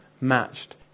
matched